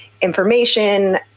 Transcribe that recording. information